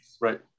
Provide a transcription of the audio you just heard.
right